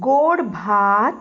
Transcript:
गोड भात